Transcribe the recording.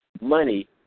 money